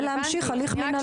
ולהמשיך הליך מינהלי.